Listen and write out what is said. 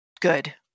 good